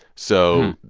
so,